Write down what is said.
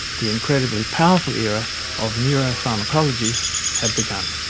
the incredibly powerful era of neuropharmacology had begun.